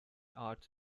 arts